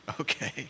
Okay